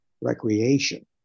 recreation